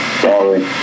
Sorry